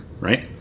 right